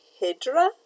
Hydra